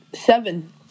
seven